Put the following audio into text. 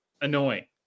Annoying